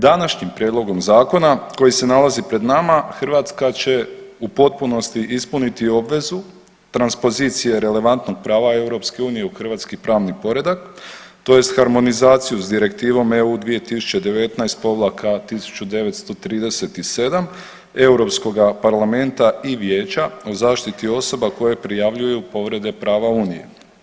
Današnjim prijedlogom zakona koji se nalazi pred nama Hrvatska će u potpunosti ispuniti obvezu transpozicije relativnog prava EU u hrvatski pravni poredak tj. harmonizaciju s Direktivom EU 2019/1937 Europskoga parlamenta i vijeća o zaštiti osoba koje prijavljuju povrede prava unije.